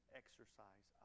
exercise